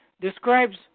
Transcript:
describes